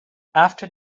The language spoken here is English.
after